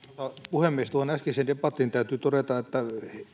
puhemies tuohon äskeiseen debattiin täytyy todeta etten